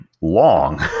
long